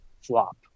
flop